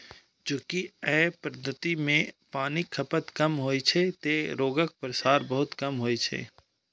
चूंकि अय पद्धति मे पानिक खपत कम होइ छै, तें रोगक प्रसार बहुत कम होइ छै